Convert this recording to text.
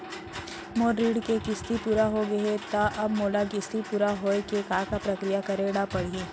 मोर ऋण के किस्ती पूरा होगे हे ता अब मोला किस्ती पूरा होए के का प्रक्रिया करे पड़ही?